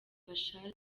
bashar